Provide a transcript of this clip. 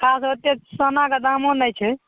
हँ ओते सोनाके दामो नहि छै